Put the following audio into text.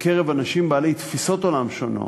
בקרב אנשים בעלי תפיסות עולם שונות,